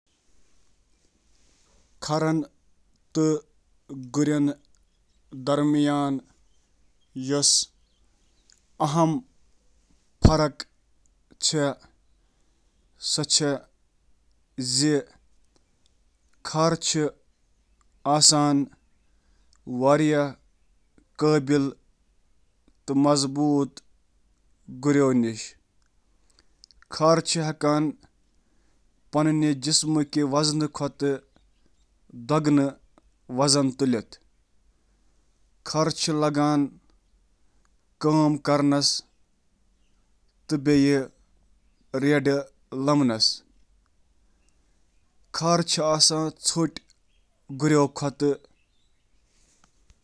خَریٚن ہٕنٛز کمر چھےٚ گُریٚن کھۄتہٕ خۄشگوار آسان۔ خَرَن چھِ گُرٮ۪ن کھۄتہٕ لۄکٕٹۍ کھوٗر آسان۔ خَرَن چُھ گُریٚو کھۄتہٕ زیٛوٗٹھ تہٕ گٔنۍ کان آسان۔ گُرٮ۪ن چُھ خَریٚن ہِنٛدِ کھۄتہٕ زیٛوٗٹھ بُتھ آسان۔